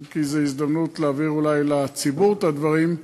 אם כי זו הזדמנות להעביר אולי לציבור את הדברים,